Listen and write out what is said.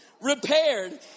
repaired